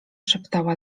szeptała